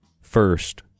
first